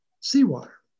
seawater